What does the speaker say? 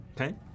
Okay